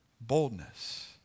boldness